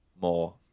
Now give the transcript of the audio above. more